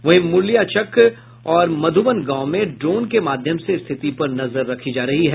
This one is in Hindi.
वहीं मुरलियाचक और मधुबन गांव में ड्रोन के माध्यम से स्थिति पर नजर रखी जा रही है